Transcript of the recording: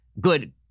good